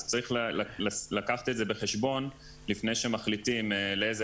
אז צריך לקחת את זה בחשבון לפני שמחליטים לאיזה